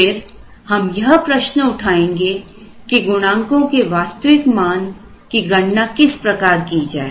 फिर हम यह प्रश्न उठाएंगे की गुणांको के वास्तविक मान की गणना किस प्रकार की जाए